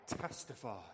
testify